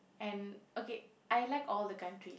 and okay I like all the country